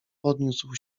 podniósł